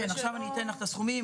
כן, עכשיו אני אתן לך את הסכומים.